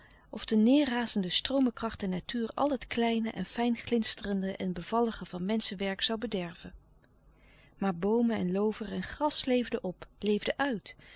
of de neêrrazende stroomenkracht der natuur al het kleine en fijn glinsterende en bevallige van menschenwerk zoû bederven maar boomen en loover en gras leefden op leefden uit